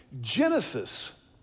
Genesis